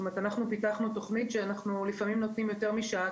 אנחנו פיתחנו תוכנית שאנחנו לפעמים נותנים יותר משעה,